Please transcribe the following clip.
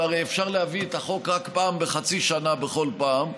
והרי אפשר להביא את החוק רק פעם בחצי שנה בכל פעם,